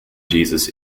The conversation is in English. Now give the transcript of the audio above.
jesus